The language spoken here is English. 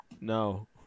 No